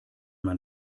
man